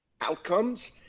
outcomes